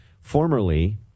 formerly—